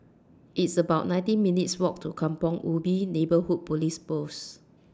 It's about nineteen minutes' Walk to Kampong Ubi Neighbourhood Police Post